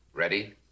Ready